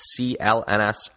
CLNS